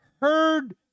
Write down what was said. heard